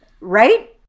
Right